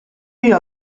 dir